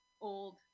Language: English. old